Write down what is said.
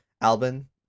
Albin